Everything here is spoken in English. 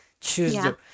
choose